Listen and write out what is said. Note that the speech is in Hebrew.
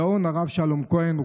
הגאון הרב שלום כהן,